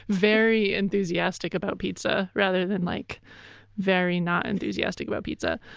very enthusiastic about pizza, rather than like very not enthusiastic about pizza.